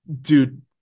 Dude